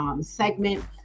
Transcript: segment